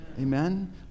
Amen